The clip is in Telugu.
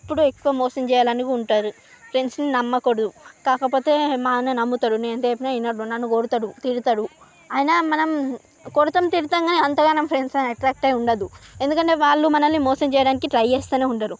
ఎప్పుడు ఎక్కువ మోసం చేయాలని ఉంటారు ఫ్రెండ్స్ని నమ్మకూడదు కాకపోతే మా అన్న నమ్ముతాడు నేను ఎంత చెప్పినా వినడు నన్ను కొడతాడు తిడతాడు అయినా మనం కొడతాం తిడతాం కానీ అంతగనం ఫ్రెండ్స్ని అట్రాక్ట్ అయి ఉండొద్దు ఎందుకంటే వాళ్లు మనల్ని మోసం చేయడానికి ట్రై చేస్తానే ఉంటారు